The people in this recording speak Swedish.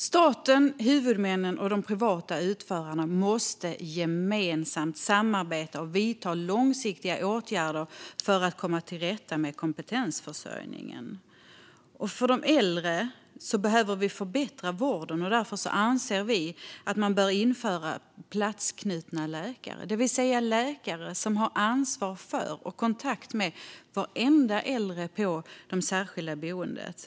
Staten, huvudmännen och de privata utförarna måste samarbeta och vidta långsiktiga åtgärder för att komma till rätta med kompetensförsörjningen. Vi behöver förbättra vården för de äldre, och därför anser vi att det bör införas platsknutna läkare, det vill säga läkare som har ansvar för och kontakt med varenda äldre på de särskilda boendena.